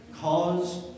Cause